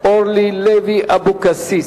אורלי לוי אבקסיס.